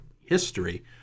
history